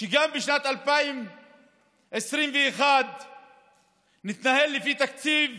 שגם בשנת 2021 נתנהל לפי תקציב